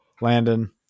Landon